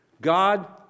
God